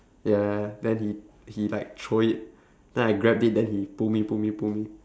ya ya ya then he he like throw it then I grabbed it then he pull me pull me pull me